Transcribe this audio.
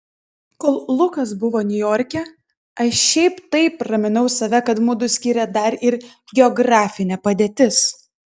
kol lukas buvo niujorke aš šiaip taip raminau save kad mudu skiria dar ir geografinė padėtis